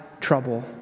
trouble